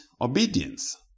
obedience